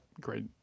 great